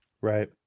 Right